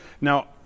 Now